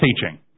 teaching